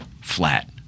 flat